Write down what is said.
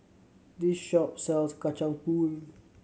this shop sells Kacang Pool